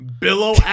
billow